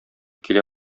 килә